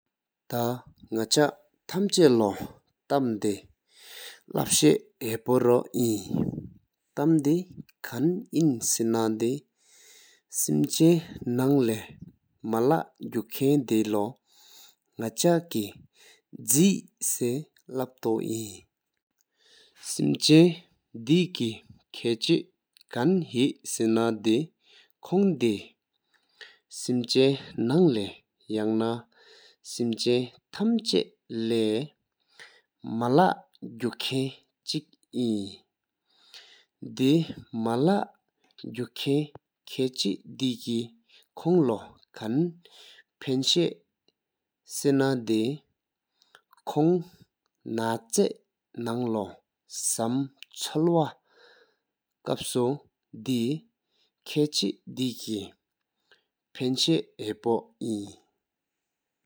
ཐ་ནག་ཆ་ཐམ་ཆ་ལོ་སྟརམ་དེ་ལབ་ཤ་ཧ་པོ་རང་ཨིན། སྟརམ་དེ་ཁན་ཨིན་སེ་ན་དེ་སེམས་ཆེན་ནང་ལ་མ་ལ་གུག་ཁན་དེ་ལོ་ནག་ཆ་སྐད་ཟེག་སེ་ལབ་ཏོ་ཨིན། སེམས་ཆེན་དེ་ཁ་ཆེ་ཁན་ཧསྟེ་ན་དེ་ཁོང་དེ་སེམས་ཆེན་ནང་ལེ་ཡང་ན་སེམས་ཆེན་ཐམ་ཆ་ལེ་མ་ལ་གུག་ཁན་ཕུང་ཨིན། དེ་མ་ལ་གུག་ཁན་ཁ་ཆེ་དེ་ཁོང་ལོ་ཁན་ཕེན་ཤེསེ་ནདེ་ཁོང་ནག་ཆེ་ནག་ལོ་ཤ་འཆོལ་བསེ་དེ་ཁ་ཆེ་དེ་ཁོང་ཕེན་ཤ་ཧ་པོ་ཨིན།